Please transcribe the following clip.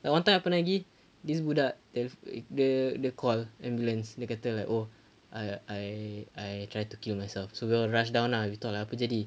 got one time apa lagi this budak dia dia dia call ambulance dia kata like oh I I I tried to kill myself so we gotta rush down lah we thought like apa jadi